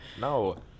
No